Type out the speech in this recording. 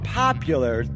popular